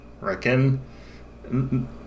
reckon